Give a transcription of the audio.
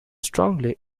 strongly